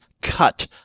cut